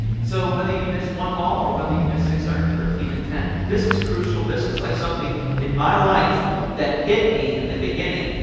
so whether you miss one law or whether you miss six hundred and thirteen and ten this is crucial. this is like something in my life that hit me in the beginning,